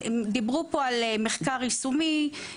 דיברו פה על מחקר יישומי,